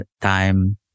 time